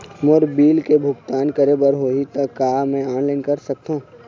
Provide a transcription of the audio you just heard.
मोर bill के भुगतान करे बर होही ता का मैं ऑनलाइन कर सकथों?